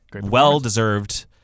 well-deserved